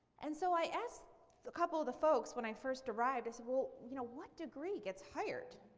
and so i asked a couple of the folks when i first arrived, i said, well, you know what degree gets hired?